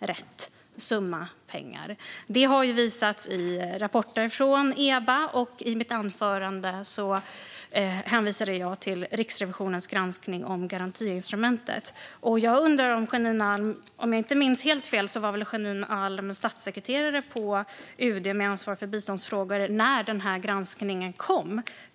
"rätt" summa pengar. Detta har visats i rapporter från Eba. I mitt anförande hänvisade jag till Riksrevisionens granskning av garantiinstrumentet, och om jag inte minns helt fel var Janine Alm Ericson statssekreterare på UD med ansvar för biståndsfrågor när granskningen kom.